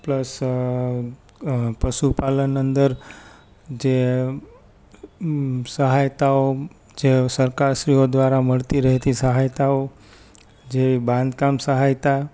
plus પશુપાલન અંદર જે સહાયતાઓ જે સરકારશ્રીઓ દ્વારા મળતી રહેતી સહાયતાઓ જેવી બાંધકામ સહાયતા